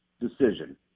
decision